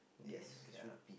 yes ya